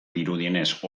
dirudienez